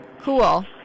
cool